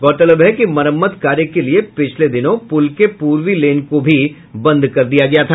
गौरतलब है कि मरम्मत कार्य के लिये पिछले दिनों पुल के पूर्वी लेन को बंद कर दिया गया था